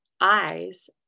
eyes